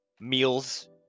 meals